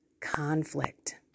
conflict